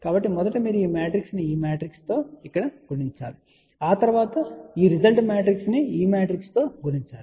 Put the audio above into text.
కాబట్టి మొదట మీరు ఈ మ్యాట్రిక్స్ ను ఈ మ్యాట్రిక్స్ తో ఇక్కడ గుణించాలి ఆ తరువాత ఈ రిజల్ట్ మ్యాట్రిక్స్ ను ఈ మ్యాట్రిక్స్ తో గుణించాలి